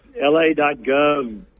LA.gov